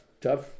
tough